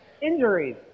injuries